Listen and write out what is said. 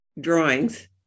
drawings